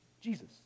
Jesus